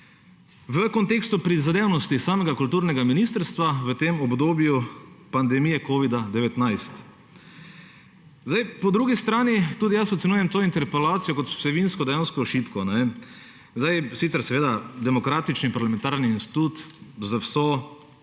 v kontekstu prizadevnosti samega kulturnega ministrstva v tem obdobju pandemije covida-19. Po drugi strani tudi jaz ocenjujem to interpelacijo kot vsebinsko dejansko šibko. Demokratični parlamentarni institut, z vso